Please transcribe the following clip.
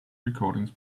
recordings